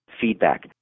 feedback